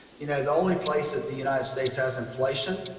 you know, the only place that the united states has inflation,